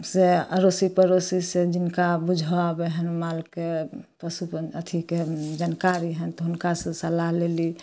से अड़ोसी पड़ोसीसँ जिनका बुझऽ अबैहनि मालके पशुपा अथीके जानकारी हइ तऽ हुनकासँ सलाह लेली